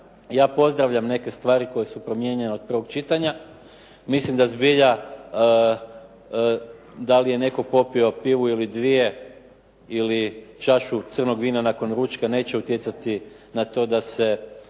ja pozdravljam neke stvari koje su promijenjene od prvog čitanja. Mislim da zbilja da li je netko popio pivu ili dvije ili čašu crnog vina nakon ručka neće utjecati na to da se